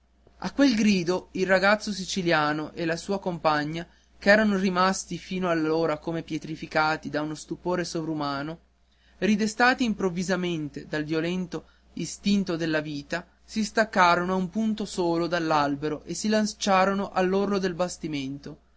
a quel grido il ragazzo siciliano e la sua compagna ch'eran rimasti fino allora come pietrificati da uno stupore sovrumano ridestati improvvisamente dal violento istinto della vita si staccarono a un punto solo dall'albero e si slanciarono all'orlo del bastimento